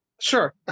Sure